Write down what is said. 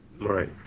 Right